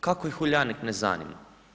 Kako ih Uljanik ne zanima?